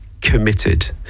committed